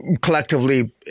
collectively